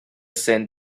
same